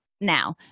now